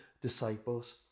disciples